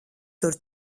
tur